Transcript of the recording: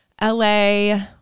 LA